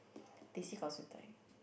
teh C gao siew-dai